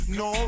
no